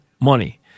money